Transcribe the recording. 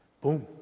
boom